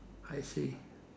I see